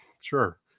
Sure